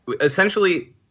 essentially